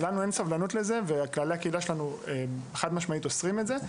כללי הקהילה שלנו אוסרים זאת בצורה חד-משמעית